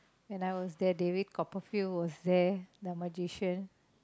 and I was there that week Copperfield was there the magician